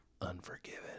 Unforgiven